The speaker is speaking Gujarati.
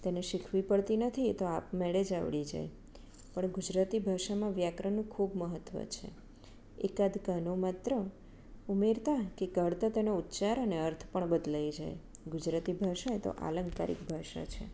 તેને શીખવી પડતી નથી એ તો આપમેળે જ આવડી જાય છે પણ ગુજરાતી ભાષામાં વ્યાકરણનું ખૂબ મહત્ત્વ છે એકાદ કાનો માત્રા ઉમેરતાં કે કાઢતાં તેનો ઉચ્ચાર અને અર્થ પણ બદલાઈ જાય ગુજરાતી ભાષા તો આલંકારિક ભાષા છે